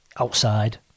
outside